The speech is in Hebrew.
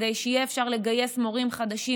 כדי שיהיה אפשר לגייס מורים חדשים,